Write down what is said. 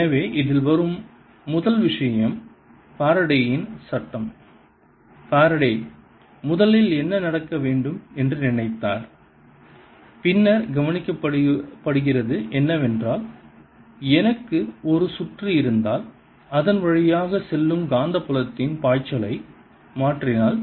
எனவே இதில் வரும் முதல் விஷயம் ஃபாரடேயின் Faraday's சட்டம் ஃபாரடே முதலில் என்ன நடக்க வேண்டும் என்று நினைத்தார் பின்னர் கவனிக்கப்படுகிறது என்னவென்றால் எனக்கு ஒரு சுற்று இருந்தால் அதன் வழியாக செல்லும் காந்தப்புலத்தின் பாய்ச்சலை மாற்றினால்